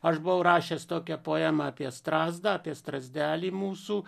aš buvau rašęs tokią poemą apie strazdą apie strazdelį mūsų